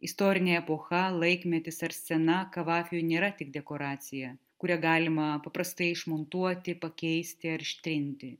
istorinė epocha laikmetis ar scena kavafiui nėra tik dekoracija kurią galima paprastai išmontuoti pakeisti ar ištrinti